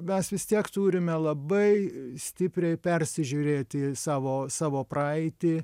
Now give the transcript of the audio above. mes vis tiek turime labai stipriai persižiūrėti savo savo praeitį